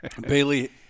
Bailey